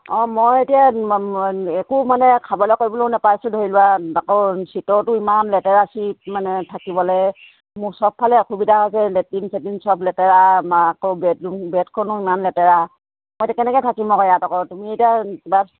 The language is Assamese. অঁ মই এতিয়া একো মানে খাবলৈ কৰিবলৈয়ো নেপাইছোঁ ধৰি লোৱা আকৌ চিটৰটো ইমান লেতেৰা চিট মানে থাকিবলৈ মোৰ চবফালে অসুবিধা হৈছে লেট্ৰিন চেট্ৰিন চব লেতেৰা আমাৰ আকৌ বেডৰূম বেডখনো ইমান লেতেৰা মই এতিয়া কেনেকৈ থাকিম আকৌ ইয়াত আকৌ তুমি এতিয়া কিবা